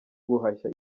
guhashya